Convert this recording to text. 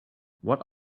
what